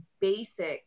basic